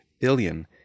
billion